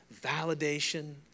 validation